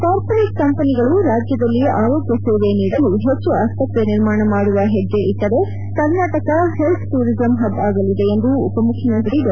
corporate ಕಂಪನಿಗಳು ರಾಜ್ಯದಲ್ಲಿ ಆರೋಗ್ಯ ಸೇವೆ ನೀಡಲು ಹೆಚ್ಚು ಆಸ್ಪತ್ರೆ ನಿರ್ಮಾಣ ಮಾಡುವ ಹೆಜ್ಜೆ ಇಟ್ಟರೆ ಕರ್ನಾಟಕ ಹೆಲ್ತ್ ಟೂರಿಸಂ ಹಬ್ ಆಗಲಿದೆ ಎಂದು ಉಪ ಮುಖ್ಯಮಂತ್ರಿ ಡಾ